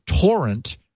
torrent